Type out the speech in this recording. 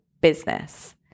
business